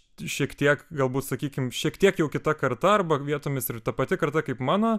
šiek tiek galbūt sakykim šiek tiek jau kita karta arba vietomis ir ta pati karta kaip mano